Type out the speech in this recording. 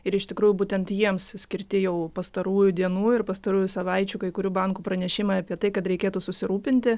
ir iš tikrųjų būtent jiems skirti jau pastarųjų dienų ir pastarųjų savaičių kai kurių bankų pranešimai apie tai kad reikėtų susirūpinti